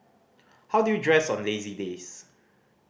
how do you dress on lazy days